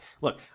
Look